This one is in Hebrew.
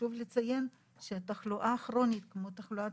חשוב לציין שהתחלואה הכרונית כמו תחלואת